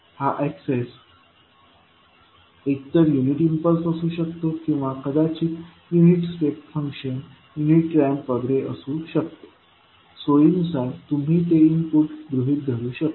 हा एक्सेस एकतर unit impulse असू शकतो किंवा कदाचित unit step function unit ramp वगैरे असू शकतो सोयीनुसार तुम्ही ते इनपुट गृहित धरू शकता